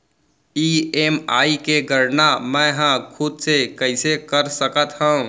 EMI के गड़ना मैं हा खुद से कइसे कर सकत हव?